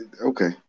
Okay